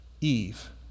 Eve